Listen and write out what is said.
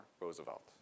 Roosevelt